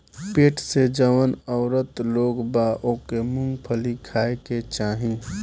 पेट से जवन औरत लोग बा ओके मूंगफली खाए के चाही